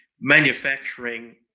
Manufacturing